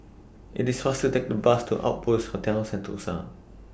IT IS faster to Take The Bus to Outpost Hotel Sentosa